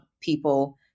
people